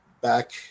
back